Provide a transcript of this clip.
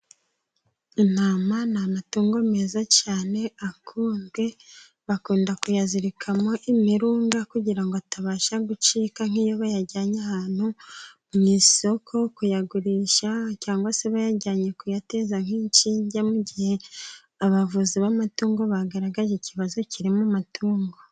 Intama ni amatungo meza cyane akunzwe . Bakunda kuyazirikamo imirunga kugira ngo atabasha gucika nk'iyo bayajyanye ahantu mu isoko kuyagurisha cyangwa se bayajyanye kuyateza nk'inshinge, mu gihe abavuzi b'amatungo bagaragaje ikibazo kiri mu matungo.